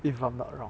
if I'm not wrong